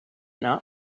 not